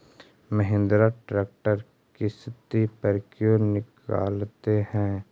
Mahindra tractor किसति पर क्यों निकालते हैं?